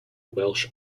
welsh